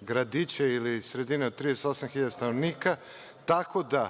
gradića ili sredine od 38 hiljada stanovnika. Tako da,